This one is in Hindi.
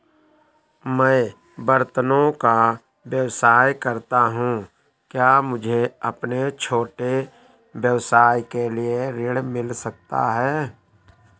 मैं बर्तनों का व्यवसाय करता हूँ क्या मुझे अपने छोटे व्यवसाय के लिए ऋण मिल सकता है?